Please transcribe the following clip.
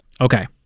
Okay